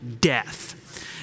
death